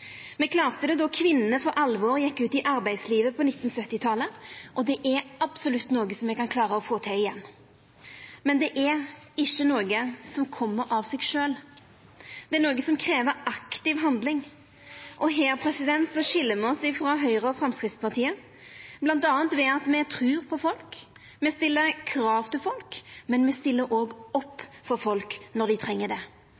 me har klart før. Me klarte det då kvinnene for alvor gjekk ut i arbeidslivet på 1970-talet, og det er absolutt noko me kan klara å få til igjen. Men det er ikkje noko som kjem av seg sjølv. Det er noko som krev aktiv handling. Og her skil me oss frå Høgre og Framstegspartiet, bl.a. ved at me trur på folk. Me stiller krav til folk, men me stiller òg opp for folk når dei treng det.